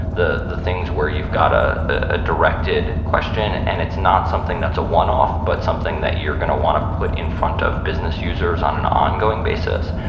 the the things where you've got ah a directed question and it's not something that's a one-off, but something that you're going to want to put in front of business users on an ongoing basis,